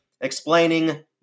explaining